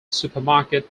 supermarket